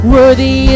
Worthy